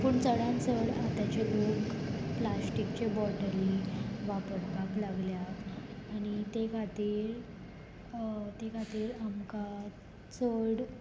पूण चडान चड आतांचे लोक प्लास्टीकचे बॉटली वापरपाक लागल्यात आनी ते खातीर ते खातीर आमकां चड